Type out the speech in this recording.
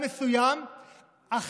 ביודעין,